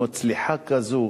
מצליחה כזו,